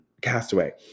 Castaway